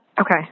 Okay